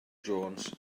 jones